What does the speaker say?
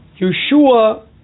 Yeshua